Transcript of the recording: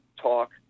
talk